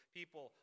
people